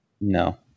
no